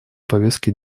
повестки